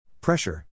Pressure